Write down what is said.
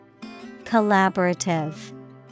Collaborative